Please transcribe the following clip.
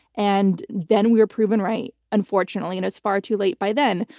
and then we were proven right. unfortunately, it was far too late by then.